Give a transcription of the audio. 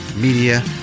Media